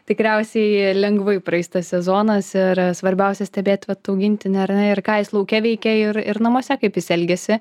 tikriausiai jie lengvai praeis tas sezonas ir svarbiausia stebėt vat auginti ar ne ir ir ką jis lauke veikia ir ir namuose kaip jis elgiasi